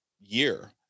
year